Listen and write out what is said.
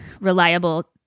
reliable